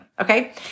Okay